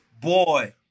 Boy